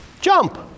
Jump